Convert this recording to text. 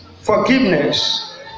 forgiveness